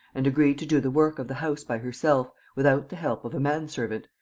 and agreed to do the work of the house by herself, without the help of a man-servant,